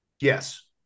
Yes